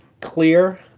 clear